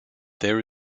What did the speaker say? there